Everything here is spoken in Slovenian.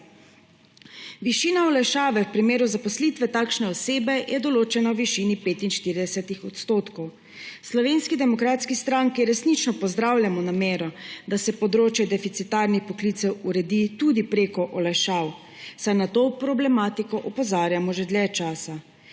Višina olajšave v primeru zaposlitve takšne osebe je določena v višini 45 %. V Slovenski demokratski stranki resnično pozdravljamo namero, da se področja deficitarnih poklicev uredi tudi prek olajšav, saj nato problematiko opozarjamo že dlje časa.